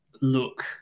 look